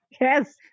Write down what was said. yes